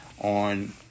on